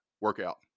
workout